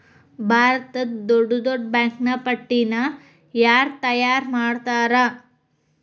ಭಾರತದ್ದ್ ದೊಡ್ಡ್ ದೊಡ್ಡ್ ಬ್ಯಾಂಕಿನ್ ಪಟ್ಟಿನ ಯಾರ್ ತಯಾರ್ಮಾಡ್ತಾರ?